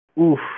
Oof